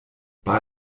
bei